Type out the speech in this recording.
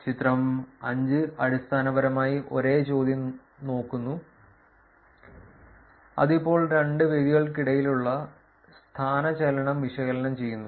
ചിത്രം 5 അടിസ്ഥാനപരമായി ഒരേ ചോദ്യം നോക്കുന്നു അത് ഇപ്പോൾ രണ്ട് വേദികൾക്കിടയിലുള്ള സ്ഥാനചലനം വിശകലനം ചെയ്യുന്നു